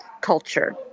culture